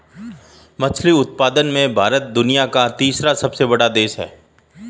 मछली उत्पादन में भारत दुनिया का तीसरा सबसे बड़ा देश है